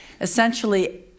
essentially